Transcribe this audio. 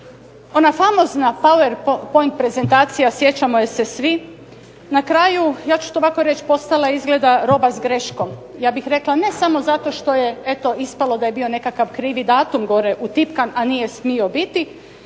Ona famozna powerpoint prezentacija, sjećamo je se svi, na kraju, ja ću to ovako reći, postala je izgleda roba s greškom. Ja bih rekla ne samo zato što je eto ispalo da je bio nekakav krivi datum gore utipkan, a nije smio biti